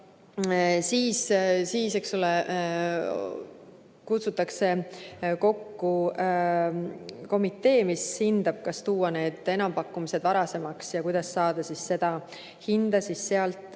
Siis kutsutakse kokku komitee, kes hindab, kas tuua need enampakkumised varasemaks ja kuidas hinda alla saada.